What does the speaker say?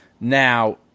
Now